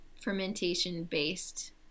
fermentation-based